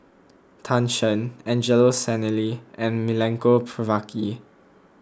Tan Shen Angelo Sanelli and Milenko Prvacki